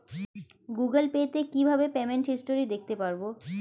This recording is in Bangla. গুগোল পে তে কিভাবে পেমেন্ট হিস্টরি দেখতে পারবো?